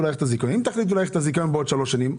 אם תחליטו להאריך בעוד שלוש שנים,